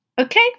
Okay